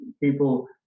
people